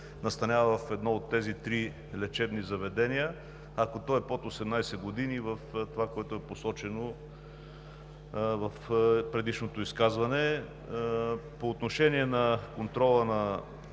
настанява в едно от тези три лечебни заведения, а ако е под 18 години, в това, което е посочено в предишното изказване. По отношение на контрола на